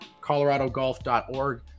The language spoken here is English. coloradogolf.org